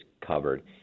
covered